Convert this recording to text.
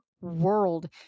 world